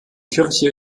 kirche